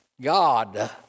God